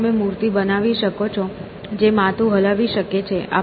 જો તમે કોઈ મૂર્તિ બનાવી શકો છો જે તેનું માથું હલાવી શકે છે